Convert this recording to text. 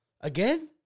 Again